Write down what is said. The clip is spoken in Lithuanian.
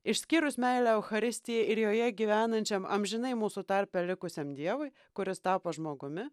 išskyrus meilę eucharistijai ir joje gyvenančiam amžinai mūsų tarpe likusiam dievui kuris tapo žmogumi